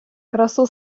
красу